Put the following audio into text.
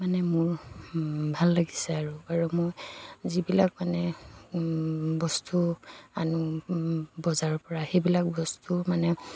মানে মোৰ ভাল লাগিছে আৰু আৰু মই যিবিলাক মানে বস্তু আনোঁ বজাৰৰপৰা সেইবিলাক বস্তু মানে